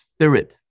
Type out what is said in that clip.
Spirit